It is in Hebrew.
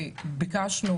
ביקשנו